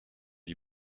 you